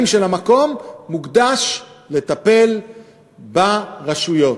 של המקום מוקדשים לטיפול ברשויות.